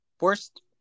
Worst